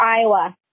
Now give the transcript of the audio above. Iowa